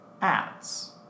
ads